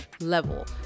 Level